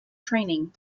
training